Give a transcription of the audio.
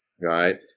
right